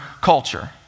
culture